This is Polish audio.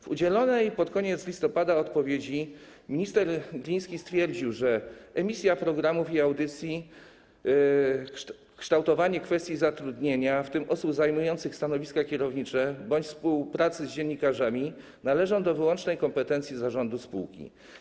W udzielonej pod koniec listopada odpowiedzi minister Gliński stwierdził, że emisja programów i audycji, kształtowanie kwestii zatrudnienia, w tym osób zajmujących stanowiska kierownicze bądź współpracy z dziennikarzami, należą do wyłącznej kompetencji zarządu spółki.